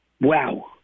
wow